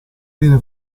viene